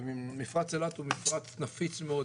מפרץ אילת הוא מפרץ נפיץ מאוד.